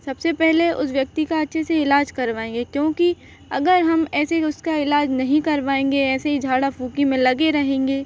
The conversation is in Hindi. सबसे पहले उस व्यक्ति का अच्छे से इलाज करवाएँगे क्योंकि अगर हम ऐसे ही उसका इलाज नहीं करवाएँगे ऐसे ही झाड़ा फूकी में लगे रहेंगे